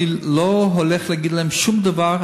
אני לא הולך להגיד להם שום דבר.